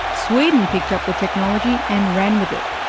sweden picked up the technology and ran with it.